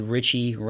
Richie